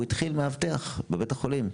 הוא התחיל כמאבטח בבית החולים,